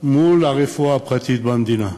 מול הרפואה הפרטית במדינה.